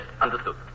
understood